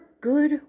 good